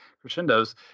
crescendos